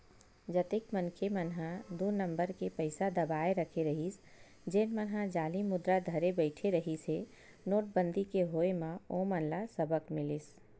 जतेक मनखे मन ह दू नंबर के पइसा दबाए रखे रहिस जेन मन ह जाली मुद्रा धरे बइठे रिहिस हे नोटबंदी के होय म ओमन ल सबक मिलिस